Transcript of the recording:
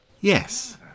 Yes